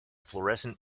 florescent